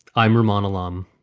i'm vermont alarm.